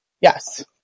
Yes